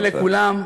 אני מודה לכולם.